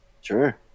Sure